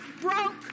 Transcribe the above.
broke